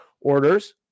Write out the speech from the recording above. orders